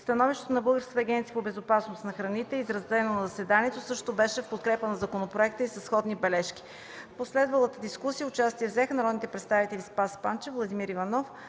Становището на Българската агенция по безопасност на храните, изразено на заседанието, също беше в подкрепа на законопроекта и със сходни бележки. В последвалата дискусия участие взеха народните представители Спас Панчев, Владимир Иванов,